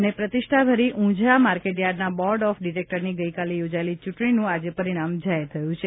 અને પ્રતિષ્ઠાભરી ઉંઝા માર્કેટયાર્ડના બોર્ડ ઓફ ડિરેક્ટરની ગઇકાલે યોજાયેલી ચૂંટણીનું આજે પરિણામ જાહેર થયું છે